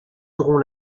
saurons